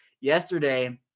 yesterday